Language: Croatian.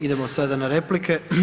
Idemo sada na replike.